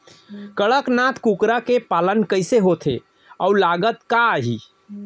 कड़कनाथ कुकरा के पालन कइसे होथे अऊ लागत का आही?